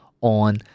on